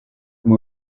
and